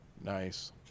Nice